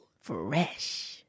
Fresh